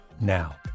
now